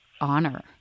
honor